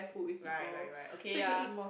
right right right okay ya